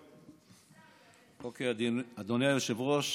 אוקיי, אדוני היושב-ראש,